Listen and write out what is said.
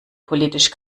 politisch